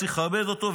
צריך לכבד אותו,